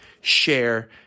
share